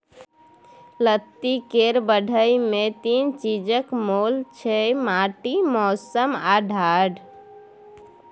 लत्ती केर बढ़य मे तीन चीजक मोल छै माटि, मौसम आ ढाठ